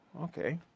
Okay